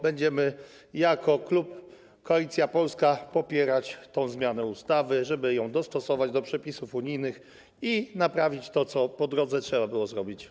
Będziemy jako klub Koalicja Polska popierać tę zmianę ustawy, żeby ją dostosować do przepisów unijnych i naprawić to, co po drodze trzeba było zrobić.